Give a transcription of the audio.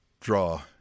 draw